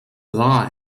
lie